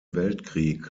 weltkrieg